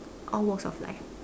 all walks of life